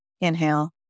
inhale